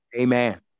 Amen